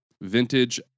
Vintage